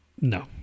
No